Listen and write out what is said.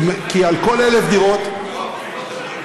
כי על כל 1,000 דירות, יואב,